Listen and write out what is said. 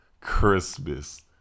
Christmas